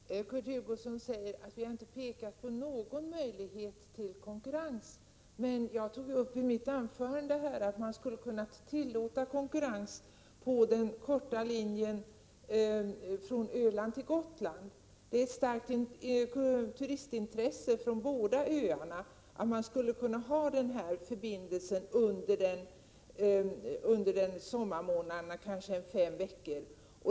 Herr talman! Kurt Hugosson säger att vi inte har pekat på någon möjlighet 135 till konkurrens. Jag tog i mitt anförande upp att man skulle kunna tillåta konkurrens på den korta linjen från Öland till Gotland. Det är ett starkt turistintresse från båda öarna att ha denna förbindelse under sommarmånaderna, kanske fem veckor.